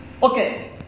Okay